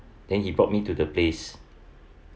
then he brought me to the place